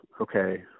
okay